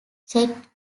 check